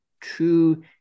True